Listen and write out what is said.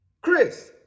Chris